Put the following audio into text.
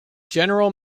general